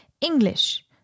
English